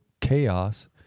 Chaos